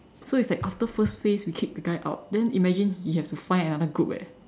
so it's like after first phase we kick the guy out then imagine he have to find another group eh